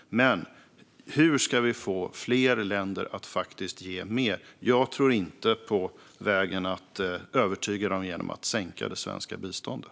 Men hur ska vi få fler länder att ge mer? Jag tror inte på att övertyga dem genom att sänka det svenska biståndet.